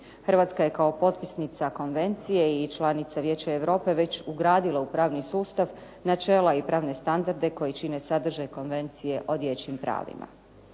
Hrvatska je kao potpisnica konvencija i članica Vijeća Europe već ugradila u pravni sustav načela i pravne standarde koji čine sadržaj Konvencije o dječjim pravima.